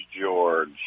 George